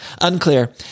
Unclear